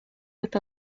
with